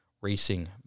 racing